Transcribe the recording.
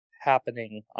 Happening